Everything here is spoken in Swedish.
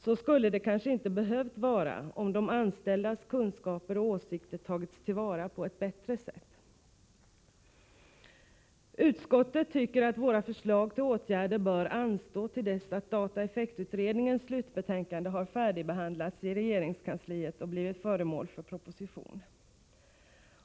Så skulle det kanske inte ha behövt vara — om de anställdas kunskaper och åsikter hade tagits till vara på ett bättre sätt. Utskottet tycker att våra förslag till åtgärder bör anstå till dess att dataeffektsutredningens slutbetänkande har färdigbehandlats i regeringskansliet och blivit föremål för proposition.